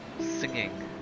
singing